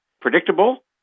predictable